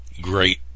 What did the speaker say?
great